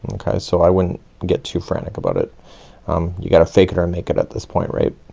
and okay, so i wouldn't get too frantic about it. um you gotta fake it or and make it at this point. right?